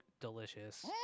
delicious